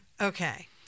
Okay